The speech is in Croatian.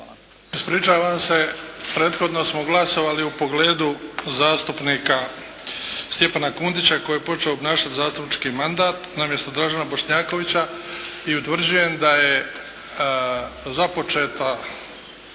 Ispričavam se. Prethodno smo glasovali u pogledu zastupnika Stjepana Kundića koji je počeo obnašati zastupnički mandat namjesto Dražena Bošnjakovića i utvrđujem da je započelo